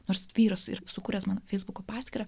nors vyras ir sukūręs mano feisbuko paskyrą